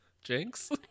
Jinx